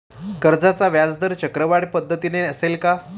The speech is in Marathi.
कर्जाचा व्याजदर चक्रवाढ पद्धतीने असेल का?